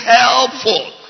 helpful